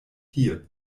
hier